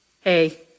Hey